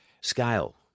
Scale